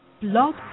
Blog